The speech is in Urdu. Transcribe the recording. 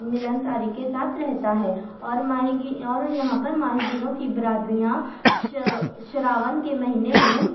ملنساری کے ساتھ رہتا ہے اور ماہی گی اور یہاں ہر ماہی گیروں کی برادریاں شراون کے مہینے میں